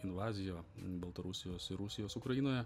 invazija baltarusijos ir rusijos ukrainoje